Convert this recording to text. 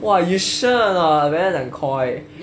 !wah! you sure or not better than koi